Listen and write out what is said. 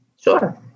Sure